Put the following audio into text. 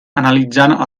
analitzant